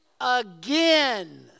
again